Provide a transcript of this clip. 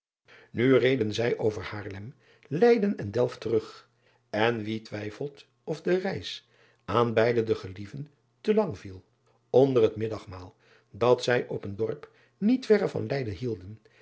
u reden zij over aarlem eyden en elft terug en wie twijfelt of de reis aan beide de gelieven te lang viel nder het middagmaal dat zij op een dorp niet verre van eyden hielden